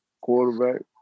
Quarterback